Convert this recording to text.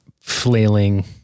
flailing